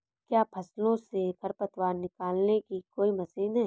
क्या फसलों से खरपतवार निकालने की कोई मशीन है?